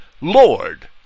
Lord